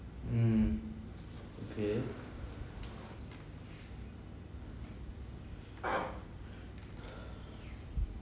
mm okay